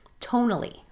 tonally